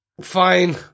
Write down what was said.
fine